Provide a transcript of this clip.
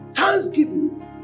Thanksgiving